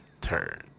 Turn